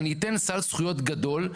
אני אתן סל זכויות גדול,